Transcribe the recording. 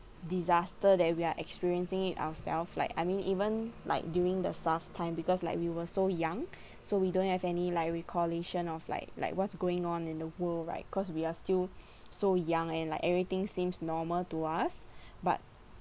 disaster that we are experiencing it ourself like I mean even like during the SARS time because like we were so young so we don't have any like recollection of like like what's going on in the world right cause we are still so young and like everything seems normal to us but